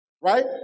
right